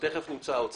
בהם,